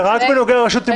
תימרור?